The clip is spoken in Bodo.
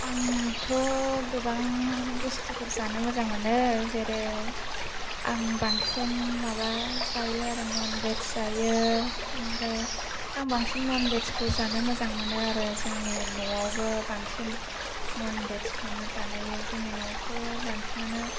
आं थ' गोबां बुस्थुफोर जानो मोजां मोनो जेरै आं बांसिन माबा जायो आरो न'न भेस जायो ओमफाय आं बांसिन न'न भेसखौ जानो मोजां मोनो आरो जोंनि न'आवबो बांसिन न'न भेसखौनो बानायो जोंनि न'आवथ' बांसिनानो